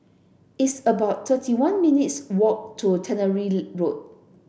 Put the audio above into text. it's about thirty one minutes' walk to Tannery Road